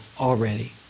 already